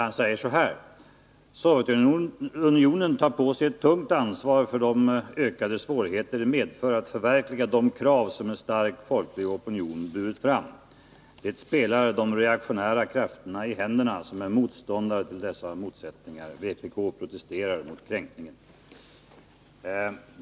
Han säger: Sovjetunionen tar på sig ett tungt ansvar för de ökade svårigheter det inträffade medför när det gäller att förverkliga de krav som en stark, folklig opinion burit fram. Det spelar de reaktionära krafter i händerna som är motståndare till dessa målsättningar. Vpk protesterar mot kränkningen.